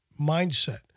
mindset